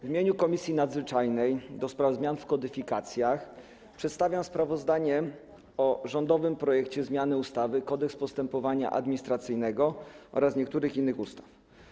W imieniu Komisji Nadzwyczajnej do spraw zmian w kodyfikacjach przedstawiam sprawozdanie o rządowym projekcie ustawy o zmianie ustawy - Kodeks postępowania administracyjnego oraz niektórych innych ustaw.